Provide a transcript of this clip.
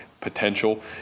potential